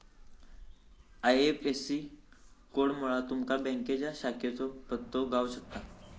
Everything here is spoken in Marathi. आय.एफ.एस.सी कोडमुळा तुमका बँकेच्या शाखेचो पत्तो गाव शकता